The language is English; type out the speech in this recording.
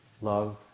love